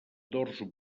dors